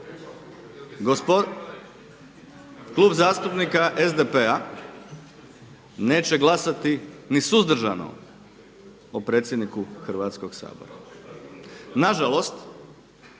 Klub zastupnika SDP-a neće glasati ni suzdržano o predsjedniku Hrvatskoga sabora.